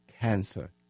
cancer